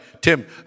Tim